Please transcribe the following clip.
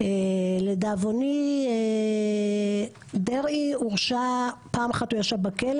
לדאבוני דרעי הורשע פעם אחת הוא ישב בכלא